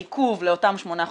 העיכוב לאותם שמונה חודשים.